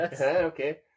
Okay